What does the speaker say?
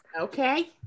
okay